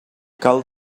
cal